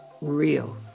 real